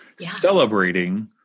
celebrating